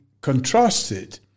contrasted